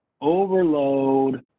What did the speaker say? overload –